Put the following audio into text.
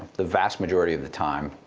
the vast majority of the time,